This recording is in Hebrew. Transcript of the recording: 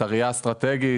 את הראייה האסטרטגית.